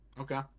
okay